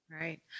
right